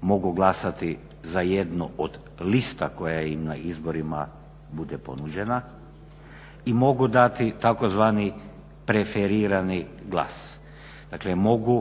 Mogu glasati za jednu od lista koja im na izborima bude ponuđena i mogu dati tzv. preferirani glas. Dakle, mogu